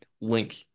link